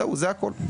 זהו, זה הכול.